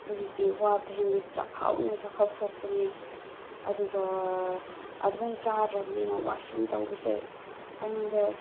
ꯍꯧꯖꯤꯛꯇꯤ ꯋꯥꯕꯗꯣ ꯍꯦꯟꯕꯒꯤ ꯆꯥꯛꯈꯥꯎꯅ ꯆꯥꯛꯈꯥꯎ ꯁꯣꯛꯄꯅꯤ ꯑꯗꯨꯒ ꯑꯗꯨꯃꯥꯏꯅ ꯆꯥꯗ꯭ꯔꯕꯅꯤꯅ ꯋꯥꯁ꯭ꯔꯨꯝ ꯇꯧꯕꯁꯦ ꯑꯩꯉꯣꯟꯗ